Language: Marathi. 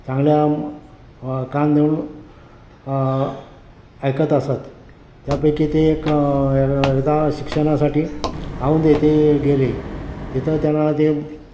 चांगल्या कान देऊन ऐकत असत त्यापैकी ते एक एकदा शिक्षणासाठी औंध येथे गेले तिथं त्यांना ते